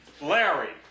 Larry